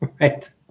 Right